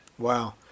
Wow